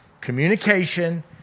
communication